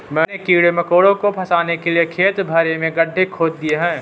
मैंने कीड़े मकोड़ों को फसाने के लिए खेत भर में गड्ढे खोद दिए हैं